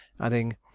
adding